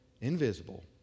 invisible